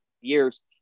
years